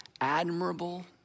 admirable